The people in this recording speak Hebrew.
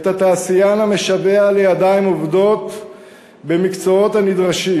את התעשיין המשווע לידיים עובדות במקצועות הנדרשים,